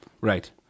Right